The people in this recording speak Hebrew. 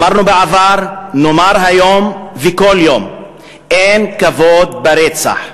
אמרנו בעבר, נאמר היום וכל יום: אין כבוד ברצח,